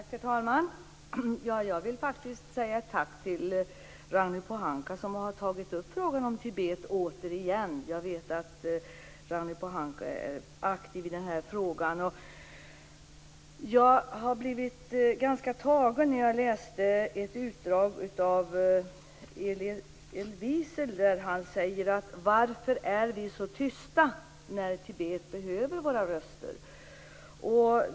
Herr talman! Jag vill faktiskt säga tack till Ragnhild Pohanka som har tagit upp frågan om Tibet återigen. Jag vet att Ragnhild Pohanka är aktiv i denna fråga. Jag blev ganska tagen när jag läste ett utdrag av vad Eliel Wiesel skrivit, där han säger: Varför är vi så tysta när Tibet behöver våra röster?